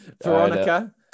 Veronica